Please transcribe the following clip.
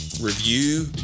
review